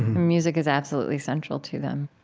music is absolutely central to them.